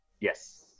Yes